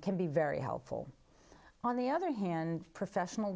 can be very helpful on the other hand professional